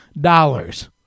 dollars